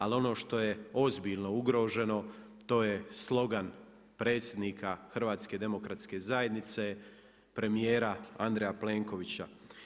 Ali ono što je ozbiljno ugroženo, to je slogan predsjednika HDZ-a premijera Andreja Plenkovića.